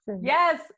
Yes